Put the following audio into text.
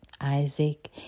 Isaac